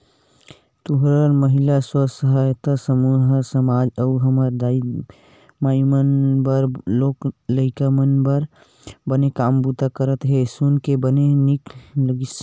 तुंहर महिला स्व सहायता समूह ह समाज अउ हमर दाई माई मन बर लोग लइका मन बर बने काम बूता करत हे सुन के बने नीक लगिस